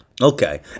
Okay